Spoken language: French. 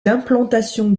l’implantation